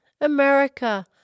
America